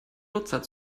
nutzer